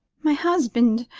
my husband.